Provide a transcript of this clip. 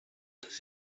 does